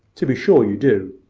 to be sure you do.